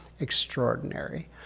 extraordinary